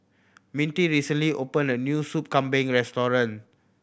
Mintie recently opened a new Sup Kambing restaurant